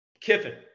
Kiffin